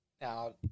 now